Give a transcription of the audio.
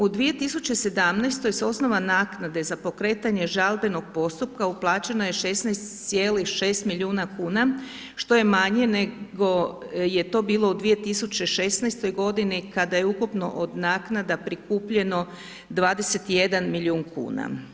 U 2017. s osnova naknade za pokretanje žalbenog postupka uplaćeno je 16,6 milijuna kuna, što je manje nego je to bilo u 2016. godini kada je ukupno od naknada prikupljeno 21 milijun kuna.